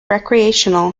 recreational